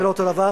זה לא אותו דבר.